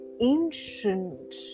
ancient